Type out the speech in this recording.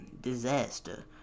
disaster